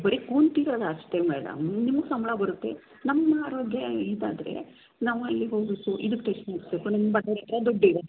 ಬರಿ ಕುಂತಿರಲ್ಲ ಅಷ್ಟೇ ಮೇಡಮ್ ನಿಮ್ಗೆ ಸಂಬಳ ಬರುತ್ತೆ ನಮ್ಮ ಆರೋಗ್ಯ ಇದಾದರೆ ನಾವು ಎಲ್ಲಿಗೆ ಹೋಗಬೇಕು ಇದಕ್ಕೆ ಟೆಸ್ಟ್ ಮಾಡಬೇಕು ನಮ್ಮ ಬಡವ್ರ ಹತ್ತಿರ ದುಡ್ಡಿರೋದಿಲ್ಲ